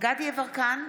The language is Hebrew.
גדי יברקן,